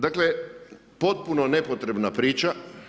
Dakle, potpuno nepotrebna priča.